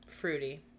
fruity